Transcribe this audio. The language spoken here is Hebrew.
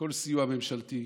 כל סיוע ממשלתי,